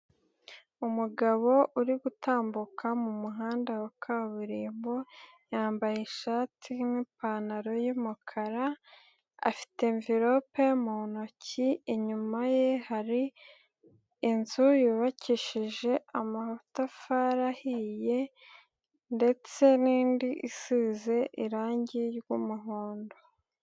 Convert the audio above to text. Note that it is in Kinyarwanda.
Umugabo uri gutambuka mu muhanda wa kaburimbo, yambaye ishati n'ipantaro y'umukara afite mvelope mu ntoki, inyuma ye hari inzu yubakishije amatafarihiye ndetse n'indi isize irangi ry'umuhondo.